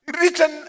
written